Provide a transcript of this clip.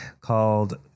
called